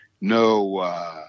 no